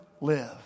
live